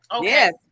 yes